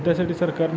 त्यासाठी सरकारने